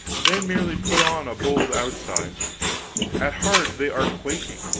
they merely put on a bold outside at heart they are quaking.